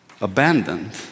abandoned